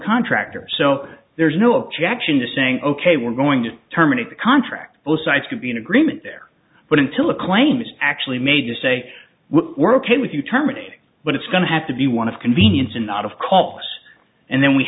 contractor so there's no objection to saying ok we're going to terminate the contract both sides could be in agreement there but until a claim is actually made to say we're ok with you terminating but it's going to have to be one of convenience and not of calls and then we